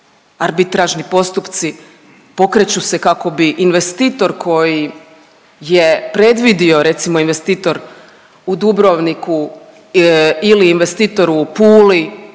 arbitražni postupci pokreću se bi kako bi investitor koji je predvidio recimo investitor u Dubrovniku ili investitor u Puli.